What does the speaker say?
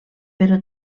però